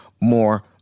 more